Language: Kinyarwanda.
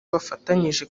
bafatanyije